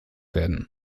werden